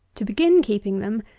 to begin keeping them,